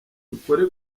dukore